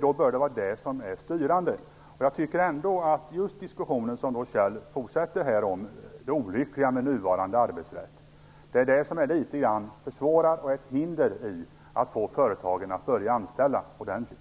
Då bör det vara det som är styrande. Jag tycker ändå att just den diskussion som Kjell Ericsson fortsätter, om det olyckliga med nuvarande arbetsrätt, försvårar litet grand och är ett hinder i att få företagen att börja anställa ordentligt.